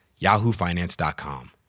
yahoofinance.com